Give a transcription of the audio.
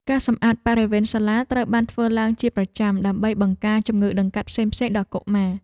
ការសម្អាតបរិវេណសាលាត្រូវបានធ្វើឡើងជាប្រចាំដើម្បីបង្ការជំងឺដង្កាត់ផ្សេងៗដល់កុមារ។